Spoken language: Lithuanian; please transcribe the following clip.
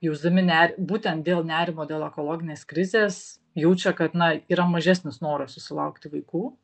jausdami ner būtent dėl nerimo dėl ekologinės krizės jaučia kad na yra mažesnis noras susilaukti vaikų